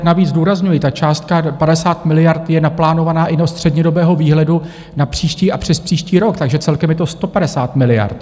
Navíc zdůrazňuji, ta částka 50 miliard je naplánovaná i do střednědobého výhledu na příští a přespříští rok, takže celkem je to 150 miliard.